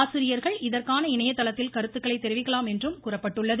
ஆசிரியர்கள் இதற்கான இணையதளத்தில் கருத்துக்களை தெரிவிக்கலாம் என்றும் கூறப்பட்டுள்ளது